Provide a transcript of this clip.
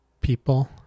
people